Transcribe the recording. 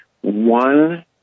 one